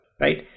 right